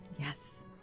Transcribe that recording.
Yes